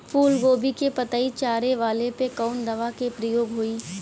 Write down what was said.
फूलगोभी के पतई चारे वाला पे कवन दवा के प्रयोग होई?